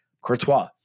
Courtois